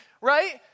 right